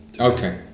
Okay